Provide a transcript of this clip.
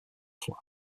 trois